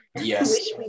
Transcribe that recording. yes